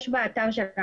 את זה יש גם באתר שלנו.